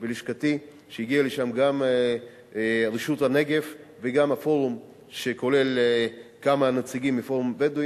הגיעו לשם גם מרשות הנגב וגם מפורום שכולל כמה נציגים מהפורום הבדואי.